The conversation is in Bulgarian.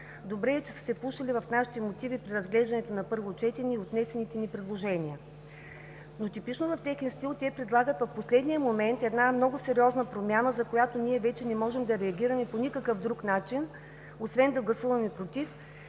Добре е, че са се вслушали в нашите мотиви при разглеждането на първо четене от внесените ни предложения. Но типично в техен стил те предлагат в последния момент една много сериозна промяна, за която ние вече не можем да реагираме по никакъв друг начин освен да гласуваме „против“.